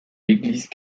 église